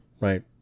Right